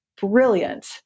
brilliant